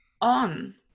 on